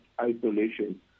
isolation